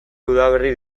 udaberri